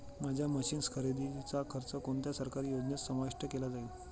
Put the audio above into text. माझ्या मशीन्स खरेदीचा खर्च कोणत्या सरकारी योजनेत समाविष्ट केला जाईल?